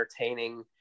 entertaining